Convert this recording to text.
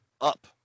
up